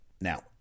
Now